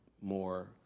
more